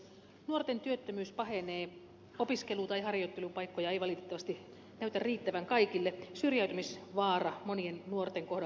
nuorten työttömyys pahenee opiskelu ja harjoittelupaikkoja ei valitettavasti näytä riittävän kaikille syrjäytymisvaara monien nuorten kohdalla lisääntyy